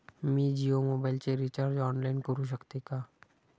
मी जियो मोबाइलचे recharge online करू शकते का?